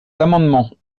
amendements